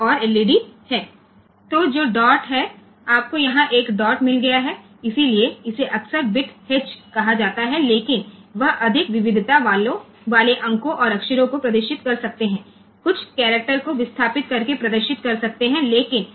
તેથી જે બિંદુ છે અને આપણને અહીં એક બિંદુ મળી ગયું છે તેથી તે ઘણીવાર બીટ h કહેવાય છે પરંતુ તે વધુ વિવિધ અંકો અને કેરેક્ટર પ્રદર્શિત કરી શકે છે અને કેટલાક કેરેક્ટર દેખાઈ શકે છે અને બધા નથી દેખાતા